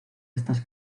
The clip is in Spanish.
estas